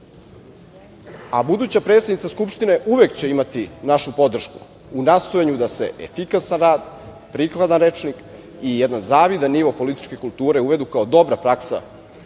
predsednica Skupštine uvek će imati našu podršku u nastojanju da se efikasan rad, prikladan rečnik i jedan zavidan nivo političke kulture uvedu kao dobra praksa